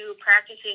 practicing